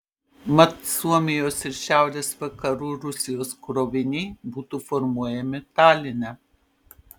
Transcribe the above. mat suomijos ir šiaurės vakarų rusijos kroviniai būtų formuojami taline